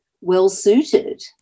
well-suited